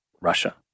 Russia